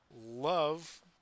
love